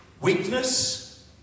Weakness